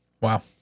wow